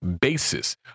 basis